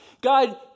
God